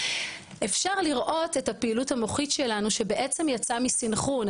אפשר לראות את הפעילות המוחית שלנו שבעצם יצא מסנכרון.